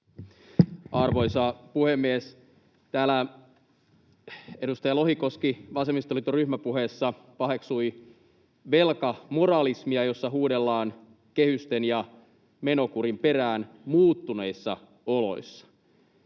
Arvoisa puhemies! Täällä edustaja Lohikoski vasemmistoliiton ryhmäpuheessa paheksui velkamoralismia, jossa huudellaan kehysten ja menokurin perään muuttuneissa oloissa.